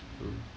true